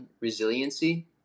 resiliency